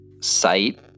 site